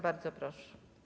Bardzo proszę.